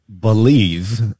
believe